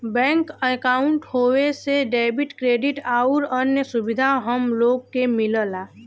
bank अंकाउट होये से डेबिट, क्रेडिट आउर अन्य सुविधा हम लोग के मिलला